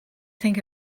think